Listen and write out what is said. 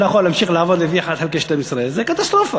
יכולה להמשיך לעבוד לפי 1 חלקי 12. זה קטסטרופה.